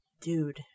Dude